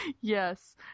Yes